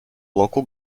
local